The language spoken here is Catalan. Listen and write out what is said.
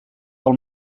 del